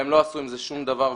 והם לא עשו עם זה שום דבר וכלום.